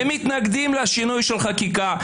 ומתנגדים לשינוי של החקיקה.